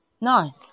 No